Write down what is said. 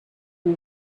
who